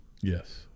yes